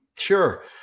Sure